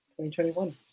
2021